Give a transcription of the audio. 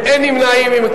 הרשות לקידום מעמד